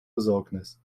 besorgnis